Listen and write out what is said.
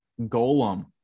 Golem